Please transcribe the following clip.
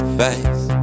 face